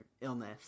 illness